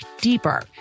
deeper